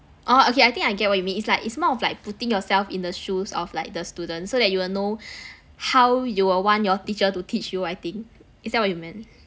orh okay I think I get what you mean it's like it's more of like putting yourself in the shoes of like the students so that you will know how you will want your teacher to teach you I think is that what you meant